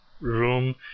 room